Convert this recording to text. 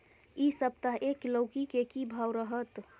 इ सप्ताह एक लौकी के की भाव रहत?